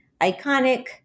Iconic